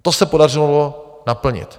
To se podařilo naplnit.